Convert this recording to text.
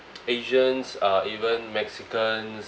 asians uh even mexicans